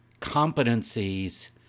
competencies